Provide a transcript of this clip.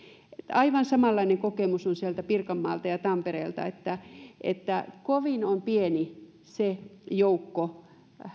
aivan samanlainen kokemus on sieltä pirkanmaalta ja tampereelta että että kovin on pieni se joukko